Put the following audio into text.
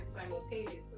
simultaneously